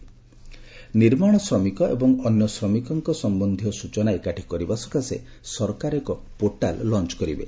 ଶ୍ରମିକ ପୋର୍ଟାଲ ନିର୍ମାଣ ଶ୍ରମିକ ଓ ଅନ୍ୟ ଶ୍ରମିକଙ୍କ ସମ୍ଭନ୍ଧୀୟ ସୂଚନା ଏକାଠି କରିବା ସକାଶେ ସରକାର ଏକ ପୋର୍ଟାଲ ଲଞ୍ଚ୍ କରିବେ